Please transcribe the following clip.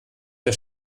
der